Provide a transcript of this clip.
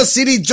City